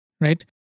right